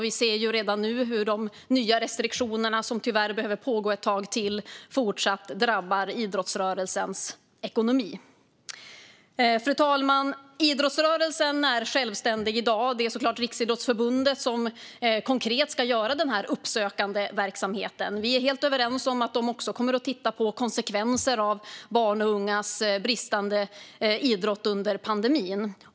Vi ser redan nu att de nya restriktionerna, som tyvärr behöver vara kvar ett tag till, drabbar idrottsrörelsens ekonomi ytterligare. Fru talman! Idrottsrörelsen är självständig i dag. Det är så klart Riksidrottsförbundet som konkret ska sköta den uppsökande verksamheten. Vi är helt överens om att de också ska titta på konsekvenser av barns och ungas bristande idrottande under pandemin.